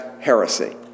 heresy